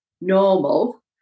normal